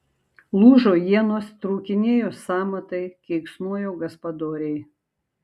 lūžo ienos trūkinėjo sąmatai keiksnojo gaspadoriai